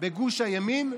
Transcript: בגוש הימין,